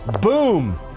Boom